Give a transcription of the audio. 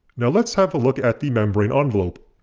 now let's have a look at the membrane envelope.